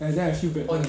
and then I feel bad